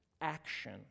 action